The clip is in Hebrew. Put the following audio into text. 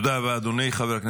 תודה רבה, אדוני.